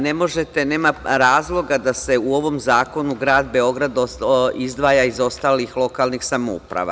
Ne možete, nema razloga da se u ovom zakonu Grad Beograd izdvaja iz ostalih lokalnih samouprava.